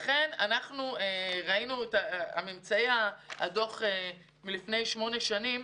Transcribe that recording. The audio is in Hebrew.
ראינו את ממצאי הדוח מלפני שמונה שנים.